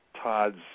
Todd's